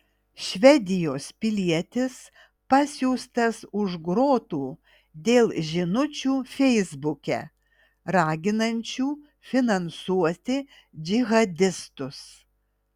švedijos pilietis pasiųstas už grotų dėl žinučių feisbuke raginančių finansuoti džihadistus